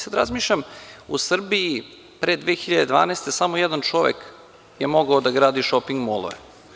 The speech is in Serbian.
Sada razmišljam, u Srbiji, pre 2012. godine, samo jedan čovek je mogao da gradi šoping-molove.